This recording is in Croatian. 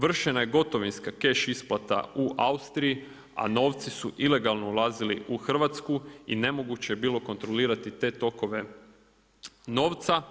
Vršena je gotovinska cash isplata u Austriji, a novci su ilegalno ulazili u Hrvatsku i nemoguće je bilo kontrolirati te tokove novca.